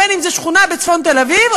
בין שזה שכונה בצפון תל-אביב,